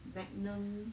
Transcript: magnum